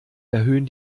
erhöhen